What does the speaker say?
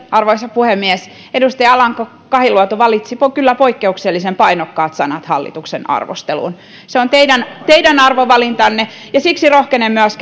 arvoisa puhemies edustaja alanko kahiluoto valitsi kyllä poikkeuksellisen painokkaat sanat hallituksen arvosteluun se on teidän teidän arvovalintanne ja siksi rohkenen myös